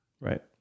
Right